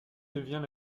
devient